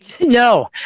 No